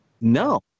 No